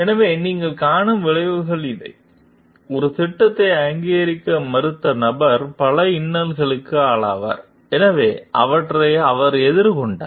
எனவே நீங்கள் காணும் விளைவுகள் இவை ஒரு திட்டத்தை அங்கீகரிக்க மறுத்த நபர் பல இன்னல்களுக்கு ஆளானார் எனவே அவற்றை அவர் எதிர்கொண்டார்